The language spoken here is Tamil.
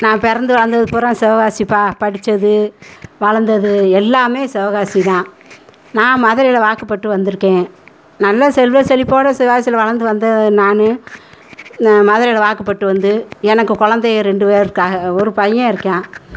நான் பிறந்து வளர்ந்தது பூரா சிவகாசிப்பா படித்தது வளர்ந்தது எல்லாமே சிவகாசி தான் நான் மதுரையில் வாக்கப்பட்டு வந்திருக்கேன் நல்ல செல்வ செழிப்போட சிவகாசியில் வளர்ந்து வந்த நான் நான் மதுரையில் வாக்கப்பட்டு வந்து எனக்கு கொழந்தைங்க ரெண்டு பேர் இருக்காக ஒரு பையன் இருக்கான்